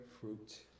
fruit